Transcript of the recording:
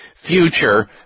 future